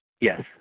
Yes